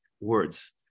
words